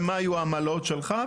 ומה היו העמלות שלך.